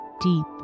deep